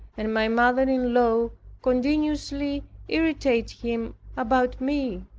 and my mother-in-law continually irritated him about me.